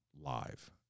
live